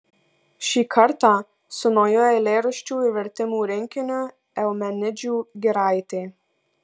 šį kartą su nauju eilėraščių ir vertimų rinkiniu eumenidžių giraitė